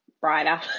brighter